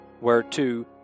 whereto